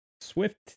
Swift